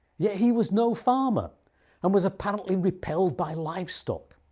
yet he was no farmer and was apparently repelled by livestock.